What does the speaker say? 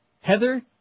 Heather